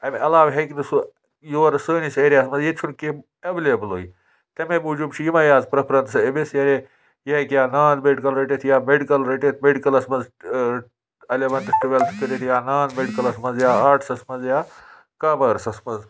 اَمہِ علاوٕ ہیٚکہِ نہٕ سُہ یورٕ سٲنِس ایریا ہَن منٛز ییٚتہِ چھُنہٕ کینٛہہ ایٚولیبلٕے تَمے موٗجوٗب چھِ یِمَے یٲژ پرٛٮ۪فرَنٛسہٕ أمِس یہِ ہیٚکہِ ہا نان میٚڈِکَل رٔٹِتھ یا میٚڈِکَل رٔٹِتھ میٚڈِکَلَس منٛز اَلیوَنتھٕ ٹُویٚلتھٕ کٔرِتھ یا نان میٚڈِکَلَس منٛز یا آٹسَس منٛز یا کامٲرسَس منٛز